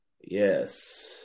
Yes